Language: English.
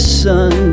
sun